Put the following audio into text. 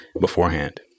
beforehand